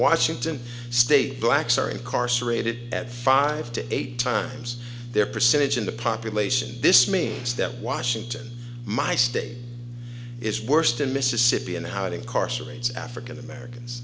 washington state blacks are incarcerated at five to eight times their percentage in the population this means that washington my state is worst in mississippi and how to incarcerate african americans